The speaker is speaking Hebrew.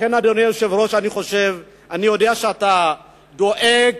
אדוני היושב-ראש, אני יודע שאתה דואג